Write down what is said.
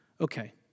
okay